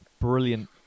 brilliant